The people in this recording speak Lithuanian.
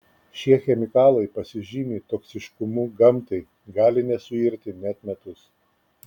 šie chemikalai pasižymi toksiškumu gamtai gali nesuirti net metus